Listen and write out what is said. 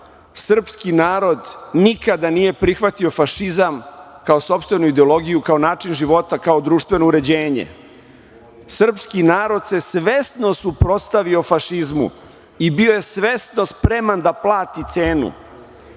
srpski narod nikada nije prihvatio fašizam kao sopstvenu ideologiju, kao način života, kao društveno uređenje. Srpski narod se svesno suprotstavio fašizmu i bio je svesno spreman da plati